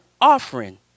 offering